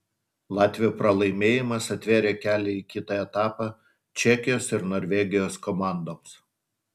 latvių pralaimėjimas atvėrė kelią į kitą etapą čekijos ir norvegijos komandoms